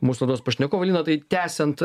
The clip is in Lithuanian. mūsų pašnekovai lina tai tęsiant